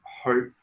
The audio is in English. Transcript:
hope